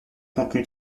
contenu